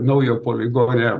naujo poligone